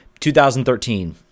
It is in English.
2013